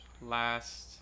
last